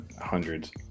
hundreds